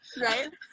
right